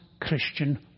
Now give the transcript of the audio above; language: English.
christian